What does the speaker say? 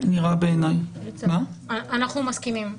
אנחנו מסכימים,